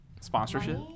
Sponsorship